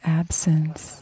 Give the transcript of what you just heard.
absence